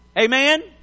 Amen